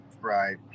Right